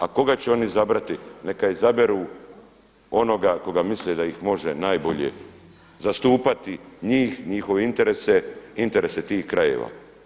A koga će oni izabrati neka izaberu onoga koga misle da ih može najbolje zastupati, njih, njihove interese, interese tih krajeva.